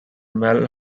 mel